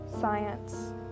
Science